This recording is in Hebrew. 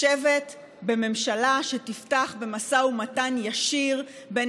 לשבת בממשלה שתפתח במשא ומתן ישיר בין